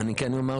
אני רוצה